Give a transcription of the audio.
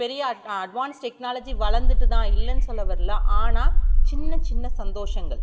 பெரிய advance technology வளர்ந்துட்டு தான் இல்லைனு சொல்ல வரல ஆனால் சின்னச் சின்ன சந்தோஷங்கள்